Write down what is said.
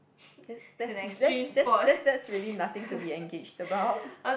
that's that's that's that's that's really nothing to be engaged about